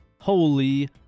Holy